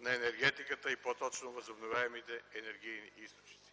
на енергетиката и по-точно възобновяемите енергийни източници.